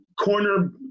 corner